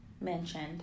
mentioned